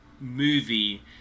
movie